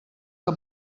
que